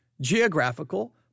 geographical